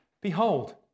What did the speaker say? Behold